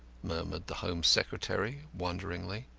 murmured the home secretary, wonderingly.